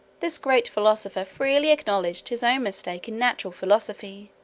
this great philosopher freely acknowledged his own mistakes in natural philosophy,